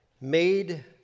made